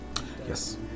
Yes